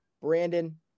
Brandon